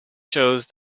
shows